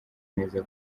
neza